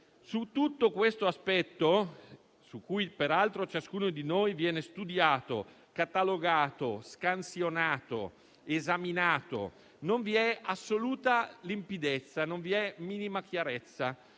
Su tutto questo aspetto, che vede ognuno di noi studiato, catalogato, scansionato ed esaminato, non vi è assoluta limpidezza e non vi è minima chiarezza.